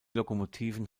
lokomotiven